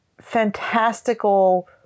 fantastical